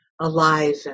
alive